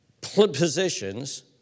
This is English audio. positions